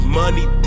money